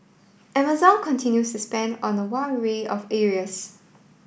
Amazon continues to spend on a wide array of areas